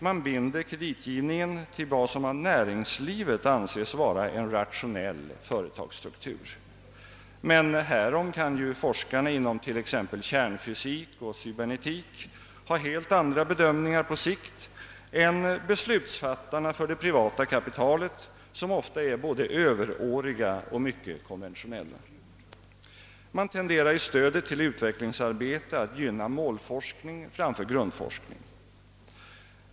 Man binder kreditgivningen till vad som av näringslivet anses vara en rationell företagsstruktur. Men härom kan ju forskarna inom t.ex. kärnfysik och cybernetik ha helt andra bedömningar på sikt än beslutsfattarna för det privata kapitalet, som ofta är både överåriga och mycket konventionella. Man tenderar i stödet till utvecklingsarbetet att gynna målforskning framför grundforskning.